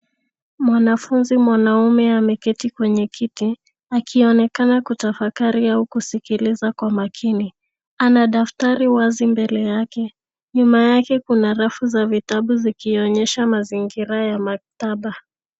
Mwanafunzi mwanaume ameketi kwenye kiti akionekana kutafakari au kusikiliza kwa makini. Ana daftari wazi mbele yake. Nyuma yake kuna rafu za vitabu zikionyesha mazingira ya maktaba.